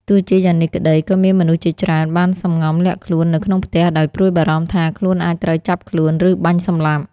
ទោះជាយ៉ាងនេះក្តី ក៏មានមនុស្សជាច្រើនបានសម្ងំលាក់ខ្លួននៅក្នុងផ្ទះ ដោយព្រួយបារម្ភថា ខ្លួនអាចត្រូវចាប់ខ្លួន ឬបាញ់សម្លាប់។